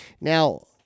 Now